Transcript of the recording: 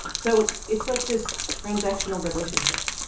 so it's like this transactional relationship.